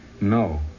No